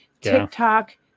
TikTok